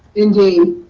indeed.